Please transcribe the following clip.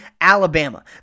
Alabama